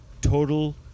total